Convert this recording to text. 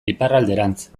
iparralderantz